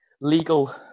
legal